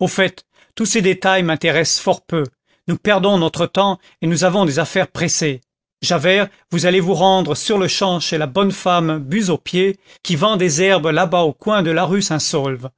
au fait tous ces détails m'intéressent fort peu nous perdons notre temps et nous avons des affaires pressées javert vous allez vous rendre sur-le-champ chez la bonne femme buseaupied qui vend des herbes là-bas au coin de la rue saint saulve